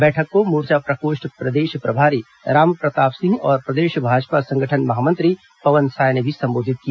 बैठक को मोर्चा प्रकोष्ठ प्रदेश प्रभारी रामप्रताप सिंह और प्रदेश भाजपा संगठन महामंत्री पवन साय ने भी संबोधित किया